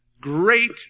Great